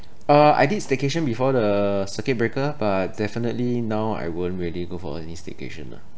uh I did staycation before the circuit breaker but definitely now I won't really go for any staycation lah